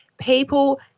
People